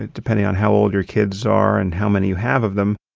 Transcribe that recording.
ah depending on how old your kids are and how many you have of them.